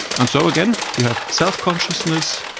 and so again we have self-consciousness,